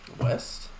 west